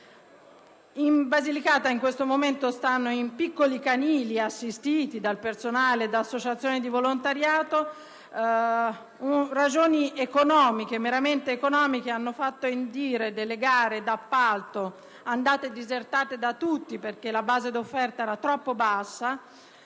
In Basilicata in questo momento si trovano in piccoli canili assistiti dal personale e da associazioni di volontariato. Ragioni meramente economiche hanno fatto indire delle gare di appalto, disertate da tutti perché la base dell'offerta era troppo bassa;